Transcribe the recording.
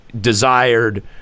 desired